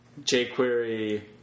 jQuery